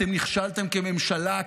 אתם נכשלתם כממשלה,